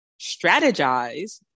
strategize